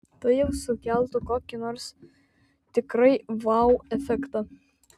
tai jau sukeltų kokį nors tikrai vau efektą